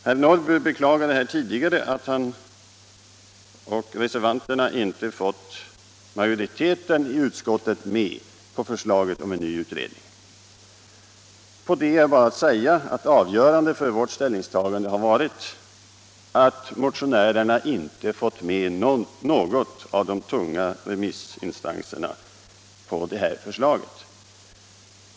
Herr Norrby beklagade här tidigare att han och övriga reservanter inte fått majoriteten i utskottet med på förslaget om en utredning. Till det är bara att säga att avgörande för vårt ställningstagande har varit att motionärerna inte fått med någon av de tunga remissinstanserna på förslaget.